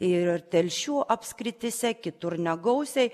ir telšių apskrityse kitur negausiai